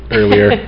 earlier